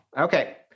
Okay